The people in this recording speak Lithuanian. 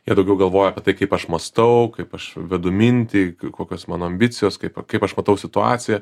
ir daugiau galvoju apie tai kaip aš mąstau kaip aš vedu mintį kokios mano ambicijos kaip kaip aš matau situaciją